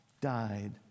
died